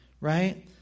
right